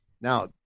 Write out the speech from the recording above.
now